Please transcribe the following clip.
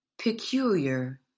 Peculiar